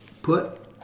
Put